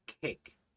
cake